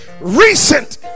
recent